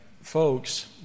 folks